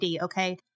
Okay